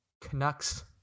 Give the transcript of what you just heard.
Canucks